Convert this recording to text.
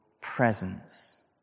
presence